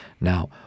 Now